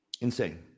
Insane